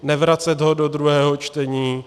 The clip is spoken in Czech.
Nevracet ho do druhého čtení.